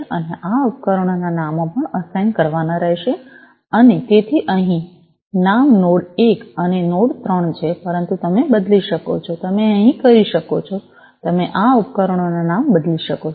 અને આ ઉપકરણોના નામો પણ અસાઇન કરવાના રહેશે અને તેથી અહીં નામ નોડ 1 અને નોડ 3 છે પરંતુ તમે બદલી શકો છો તમે અહીં કરી શકો છો તમે આ ઉપકરણોના નામ બદલી શકો છો